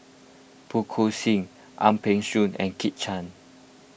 Phua Kin Siang Ang Peng Siong and Kit Chan